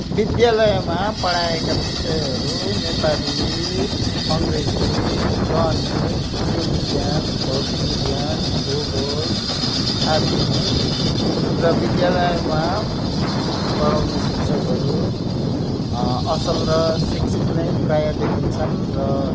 विद्यालयमा पढाएका विषयहरू नेपाली अङग्रेजी गणित जीवविज्ञान भौतिकविज्ञान भूगोल आदि हुन् र विद्यालयमा पढाउने शिक्षकहरू असल र शिक्षित नै प्राय देखिन्छन् र